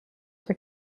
are